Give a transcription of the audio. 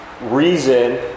reason